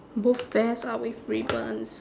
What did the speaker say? both bears are with ribbons